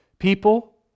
People